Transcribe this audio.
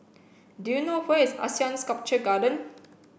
do you know where is ASEAN Sculpture Garden